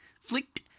flicked